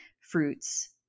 fruits